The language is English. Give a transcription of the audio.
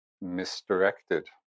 misdirected